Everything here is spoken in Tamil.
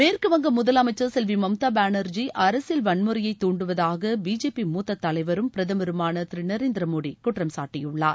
மேற்குவங்க முதலமைச்சர் செல்வி மம்தா பேனர்ஜி அரசியல் வன்முறையை தூண்டுவதாக பிஜேபி மூத்த தலைவரும் பிரதமருமான திரு நரேந்திர மோடி குற்றம் சாட்டியுள்ளார்